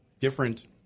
different